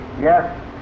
Yes